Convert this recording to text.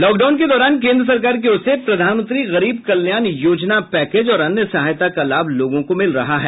lockdown के दौरान केन्द्र सरकार की ओर से प्रधानमंत्री गरीब कल्याण योजना पैकेज के अंतर्गत और अन्य सहायता का लाभ लोगों को मिल रहा है